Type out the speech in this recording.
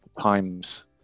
Times